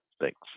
thanks